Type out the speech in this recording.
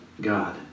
God